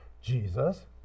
Jesus